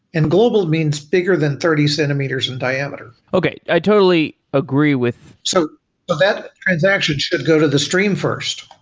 and global means bigger than thirty centimeters in diameter okay. i totally agree with so that transaction should go to the stream first.